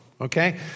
Okay